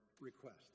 request